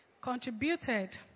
contributed